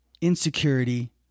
insecurity